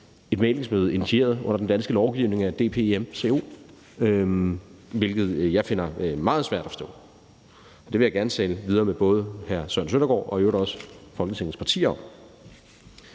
et mæglingsmøde initieret i henhold til den danske lovgivning af DPCMO, hvilket jeg har meget svært ved forstå. Det vil jeg gerne tale videre med hr. Søren Søndergaard og i øvrigt også Folketingets partier